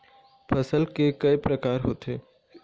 फसल के कय प्रकार होथे?